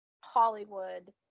Hollywood